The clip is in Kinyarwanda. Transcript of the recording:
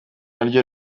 naryo